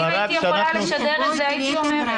אם הייתי יכולה לשדר את זה הייתי --- הבהרה,